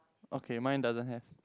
okay mine doesn't have